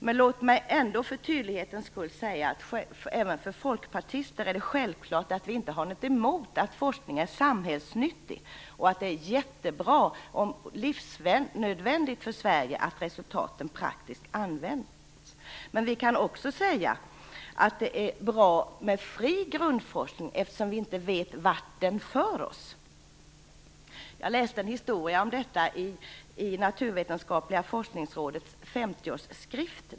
Men låt mig ändå för tydlighetens skull säga att det även för folkpartister är självklart att vi inte har något emot att forskning är samhällsnyttig och att det är mycket bra och livsnödvändigt för Sverige att resultaten används praktiskt. Men vi kan också säga att det är bra med fri grundforskning, eftersom vi inte vet vart den för oss. Jag läste en historia om detta i Naturvetenskapliga forskningsrådets femtioårsskrift.